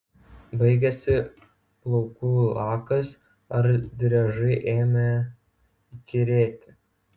baigėsi plaukų lakas ar driežai ėmė įkyrėti